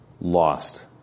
lost